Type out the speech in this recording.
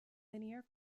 linear